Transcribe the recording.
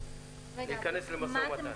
זה ייכנס למשא ומתן.